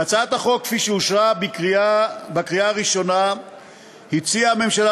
בהצעת החוק כפי שאושרה בקריאה הראשונה הציעה הממשלה